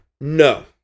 No